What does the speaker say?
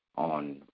on